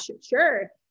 sure